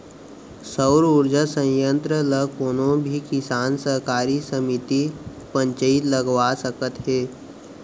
सउर उरजा संयत्र ल कोनो भी किसान, सहकारी समिति, पंचईत लगवा सकत हे